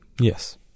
Yes